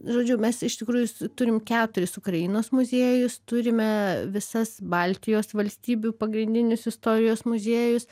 žodžiu mes iš tikrųjų turim keturis ukrainos muziejus turime visas baltijos valstybių pagrindinius istorijos muziejus